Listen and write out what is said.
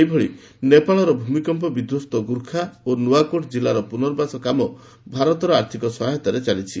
ସେହିଭଳି ନେପାଳର ଭୂମିକମ୍ପ ବିଧ୍ୱସ୍ତ ଗୁର୍ଖା ଓ ନୂଆକୋର୍ଟ୍ କିଲ୍ଲାର ପୁନର୍ବାସ କାମ ଭାରତର ଆର୍ଥିକ ସହାୟତାରେ ଚାଲିଛି